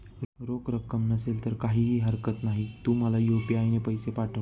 रोख रक्कम नसेल तर काहीही हरकत नाही, तू मला यू.पी.आय ने पैसे पाठव